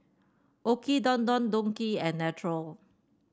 OKI Don Don Donki and Naturel